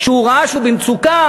כשהוא ראה שהוא במצוקה,